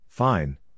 Fine